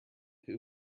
who